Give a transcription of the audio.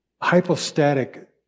hypostatic